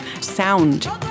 sound